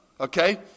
okay